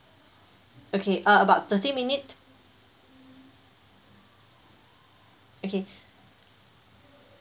okay uh about thirty minute okay